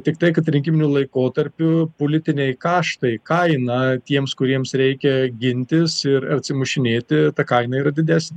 tiktai kad rinkiminiu laikotarpiu politiniai kaštai kaina tiems kuriems reikia gintis ir atsimušinėti ta kaina yra didesn